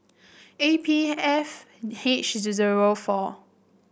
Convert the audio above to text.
A P F H zero four